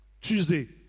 Tuesday